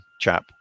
chap